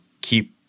keep